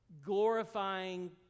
glorifying